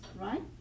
right